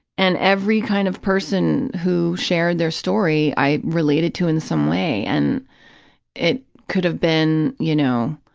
and every kind of person who shared their story i related to in some way, and it could have been, you know,